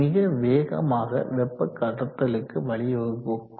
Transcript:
மிக வேகமான வெப்ப கடத்தலுக்கு வழிவகுக்கும்